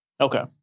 Okay